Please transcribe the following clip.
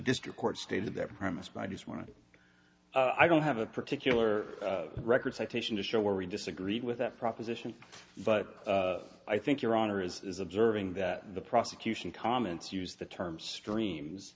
district court stated that premise by just one i don't have a particular record citation to show where we disagreed with that proposition but i think your honor is observing that the prosecution comments use the term streams